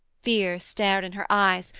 fear stared in her eyes,